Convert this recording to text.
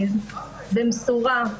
במשורה,